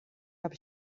habe